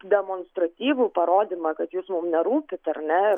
demonstratyvų parodymą kad jūs mum nerūpit ar ne